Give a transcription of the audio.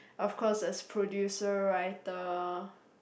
of course as producer writer